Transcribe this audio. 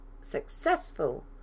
successful